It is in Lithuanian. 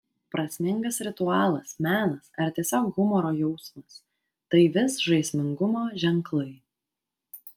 prasmingas ritualas menas ar tiesiog humoro jausmas tai vis žaismingumo ženklai